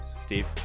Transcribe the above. Steve